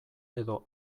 edo